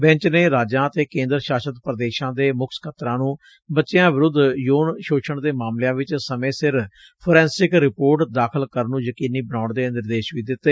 batch ਨੇ ਰਾਜਾ ਅਤੇ ਕੇਦਰ ਸ਼ਾਸਤ ਪੁਦੇਸ਼ਾ ਦੇ ਮੁੱਖ ਸਕੱਤਰਾ ਨੂੰ ਬਚਿਆ ਵਿਰੁੱਧ ਯੋਨ ਸ਼ੋਸਣ ਦੇ ਮਾਮਲਿਆ ਚ ਸਮੇ ਸਿਰ ਫੋਰੈ'ਸਿਕ ਰਿਪੋਰਟ ਦਾਖਲ ਕਰਨ ਨੰ ਯਕੀਨੀ ਬਣਾਉਣ ਦੇ ਨਿਰਦੇਸ਼ ਵੀ ਦਿੱਤੇ